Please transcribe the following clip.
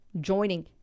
joining